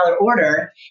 order